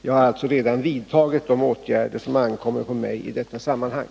Jag har alltså redan vidtagit de åtgärder som ankommer på mig i detta sammanhang.